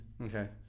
Okay